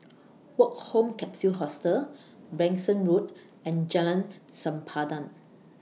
Woke Home Capsule Hostel Branksome Road and Jalan Sempadan